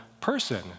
person